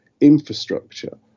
infrastructure